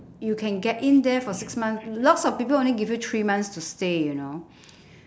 you can get in there for six months lots of people only give you three months to stay you know